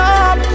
up